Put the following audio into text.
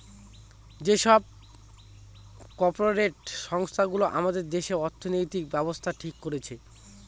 যে সব কর্পরেট সংস্থা গুলো আমাদের দেশে অর্থনৈতিক ব্যাবস্থা ঠিক করছে